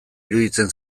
iruditzen